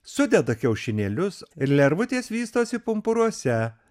sudeda kiaušinėlius lervutės vystosi pumpuruose